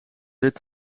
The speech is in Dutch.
dit